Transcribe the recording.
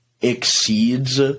exceeds